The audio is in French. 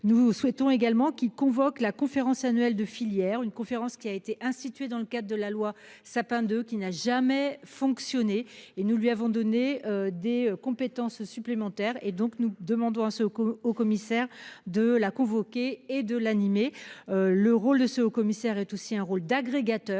nous souhaitons également qui convoque la conférence annuelle de filière. Une conférence qui a été institué dans le cadre de la loi sapin de qui n'a jamais fonctionné et nous lui avons donné des compétences supplémentaires et donc nous demandons à ce qu'au au commissaire de la convoqué et de l'animer. Le rôle de ce haut-commissaire est aussi un rôle d'agrégateur